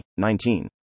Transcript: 19